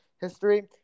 history